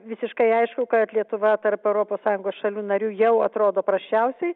visiškai aišku kad lietuva tarp europos sąjungos šalių narių jau atrodo prasčiausiai